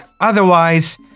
Otherwise